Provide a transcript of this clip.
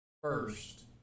first